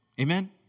Amen